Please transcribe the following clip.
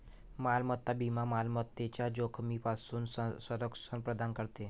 मालमत्ता विमा मालमत्तेच्या जोखमीपासून संरक्षण प्रदान करते